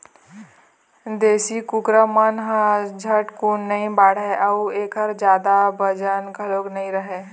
देशी कुकरा मन ह झटकुन नइ बाढ़य अउ एखर जादा बजन घलोक नइ रहय